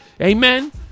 Amen